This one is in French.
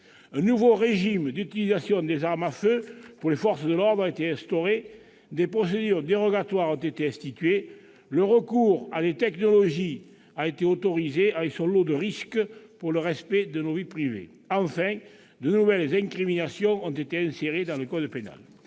Un nouveau régime d'utilisation des armes à feu pour les forces de l'ordre a été instauré, des procédures dérogatoires ont été instituées, le recours à des technologies a été autorisé avec son lot de risques pour le respect de nos vies privées. Enfin, de nouvelles incriminations ont été insérées dans le code pénal.